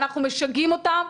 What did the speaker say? אנחנו משגעים אותם,